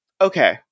Okay